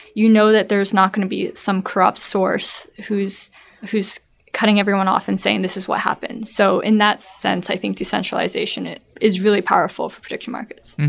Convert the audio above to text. you know that there is not going to be some corrupt source whose whose cutting everyone off and saying, this is what happens. so in that sense, i think decentralization is really powerful for prediction market.